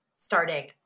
starting